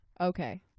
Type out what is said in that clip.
Okay